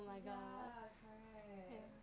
oh ya correct